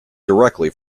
directly